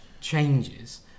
changes